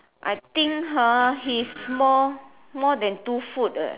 I think hor he's more more than two foot eh